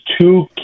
two